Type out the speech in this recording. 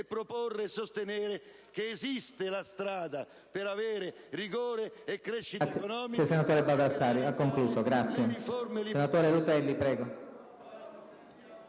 tempo di sostenere che esiste la strada per avere rigore e crescita economica...